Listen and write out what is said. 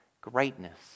Greatness